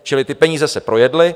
Čili ty peníze se projedly.